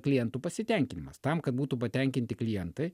klientų pasitenkinimas tam kad būtų patenkinti klientai